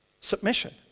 submission